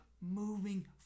moving